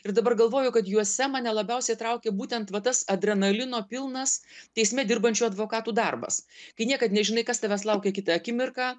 ir dabar galvoju kad juose mane labiausiai traukė būtent va tas adrenalino pilnas teisme dirbančių advokatų darbas kai niekad nežinai kas tavęs laukia kitą akimirką